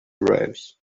arose